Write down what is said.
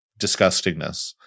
disgustingness